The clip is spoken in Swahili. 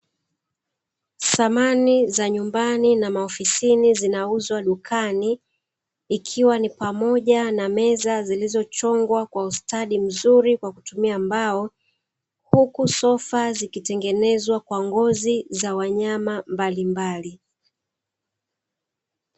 Samani za nyumbani na maofisini zinauzwa dukani ikiwa ni pamoja na meza zilizo chongwa kwa ustadi mzuri kwa kutumia mbao, huku sofa zikitengenezwa kwa ngozi za wanyama mbalimbali.